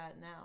now